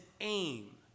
aim